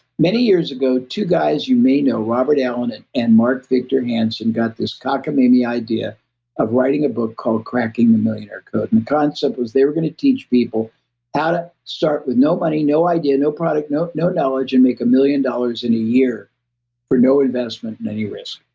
many years ago, two guys you may know, robert allen and and mark victor hansen, got this cockamamie idea of writing a book called cracking the millionaire code. and the concept was they were going to teach people how to start with no money, no idea, no product, no no knowledge and make a million dollars in a year for no investment in any risk.